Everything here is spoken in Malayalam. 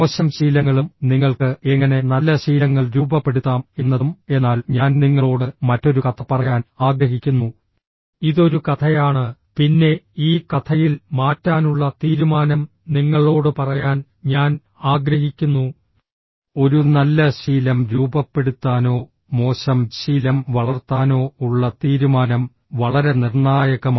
മോശം ശീലങ്ങളും നിങ്ങൾക്ക് എങ്ങനെ നല്ല ശീലങ്ങൾ രൂപപ്പെടുത്താം എന്നതും എന്നാൽ ഞാൻ നിങ്ങളോട് മറ്റൊരു കഥ പറയാൻ ആഗ്രഹിക്കുന്നു ഇതൊരു കഥയാണ് പിന്നെ ഈ കഥയിൽ മാറ്റാനുള്ള തീരുമാനം നിങ്ങളോട് പറയാൻ ഞാൻ ആഗ്രഹിക്കുന്നു ഒരു നല്ല ശീലം രൂപപ്പെടുത്താനോ മോശം ശീലം വളർത്താനോ ഉള്ള തീരുമാനം വളരെ നിർണായകമാണ്